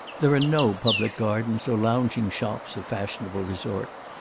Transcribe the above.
there are no public gardens or lounging shops of fashionable resort,